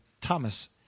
Thomas